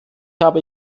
habe